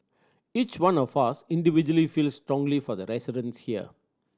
each one of us individually feels strongly for the residents here